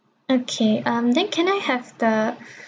okay um then can I have the